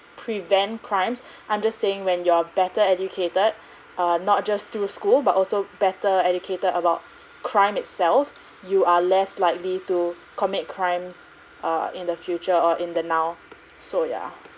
prevent crimes I'm just saying when you are better educated err not just through a school but also better educated about crime itself you are less likely to commit crimes err in the future or in the now so yeah